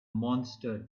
monster